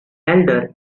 elder